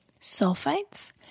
sulfites